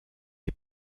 est